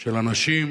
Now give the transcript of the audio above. של אנשים.